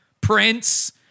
Prince